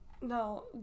No